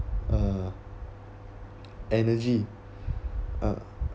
uh energy uh